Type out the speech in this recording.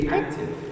active